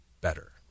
better